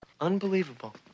unbelievable